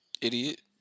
Idiot